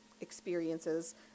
experiences